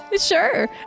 Sure